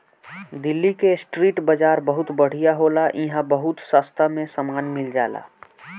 दिल्ली के स्ट्रीट बाजार बहुत बढ़िया होला इहां बहुत सास्ता में सामान मिल जाला